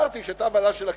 הערתי שהיתה ועדה של הכנסת,